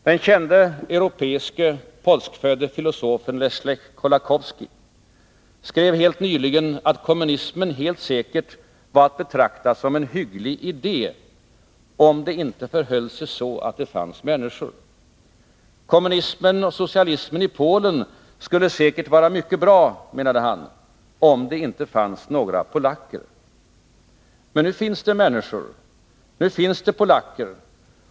Den kände europeiske, polskfödde filosofen Leszek Kolakowski skrev helt nyligen att kommunismen helt säkert var att betrakta som en hygglig idé, om det inte förhöll sig så att det fanns människor. Kommunismen och socialismen i Polen skulle säkert vara mycket bra, menade han, om det inte fanns några polacker. Men nu finns det människor. Nu finns det polacker.